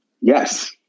yes